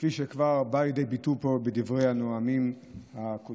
כפי שכבר בא לידי ביטוי פה בדברי הנואמים הקודמים,